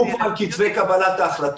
שתיים, דיברו פה על קצבי קבלת ההחלטות.